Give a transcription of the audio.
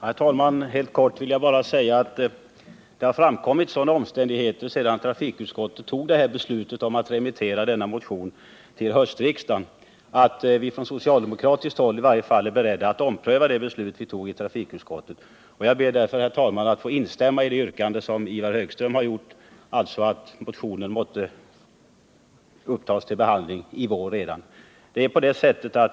Herr talman! Helt kort vill jag bara säga att det har framkommit sådana omständigheter sedan trafikutskottet tog beslutet om att föreslå remiss av denna motion till höstriksdagen, att vi från socialdemokratiskt håll är beredda att ompröva det beslutet. Jag ber därför, herr talman, att få instämma i det yrkande som Ivar Högström har framställt, att motionen måtte upptas till behandling redan i vår.